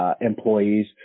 employees